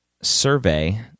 survey